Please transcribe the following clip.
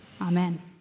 Amen